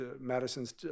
Madison's